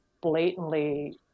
blatantly